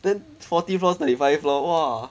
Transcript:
then forty floors thirty five floor !wah!